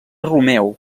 romeu